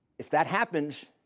if that happens,